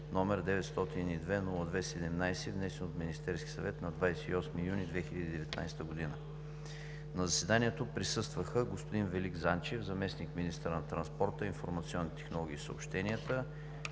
№ 902-02-17, внесен от Министерския съвет на 28 юни 2019 г. На заседанието присъстваха: господин Велик Занчев – заместник-министър на транспорта, информационните технологии и съобщенията,